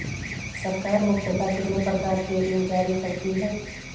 सरकार मुख्यतः कितने प्रकार के ऋण जारी करती हैं?